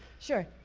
sure.